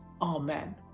Amen